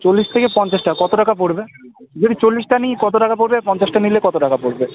চল্লিশ থেকে পঞ্চাশটা কত টাকা পড়বে যদি চল্লিশটা নিই কত টাকা পড়বে আর পঞ্চাশটা নিলে কত টাকা পড়বে